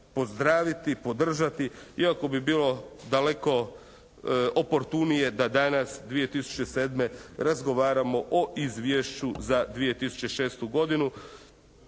pozdraviti, podržati iako bi bilo daleko oportunije da danas 2007. razgovaramo o izvješću za 2006. godinu